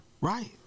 Right